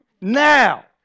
Now